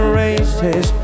races